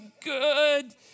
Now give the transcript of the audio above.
good